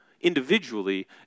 individually